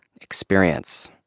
experience